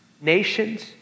nations